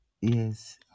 Yes